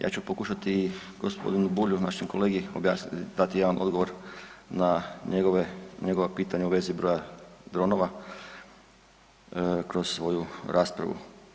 Ja ću pokušati g. Bulju, našem kolegi objasniti, dati jedan odgovor na njegove, njegova pitanja u vezi broja dronova kroz svoju raspravu.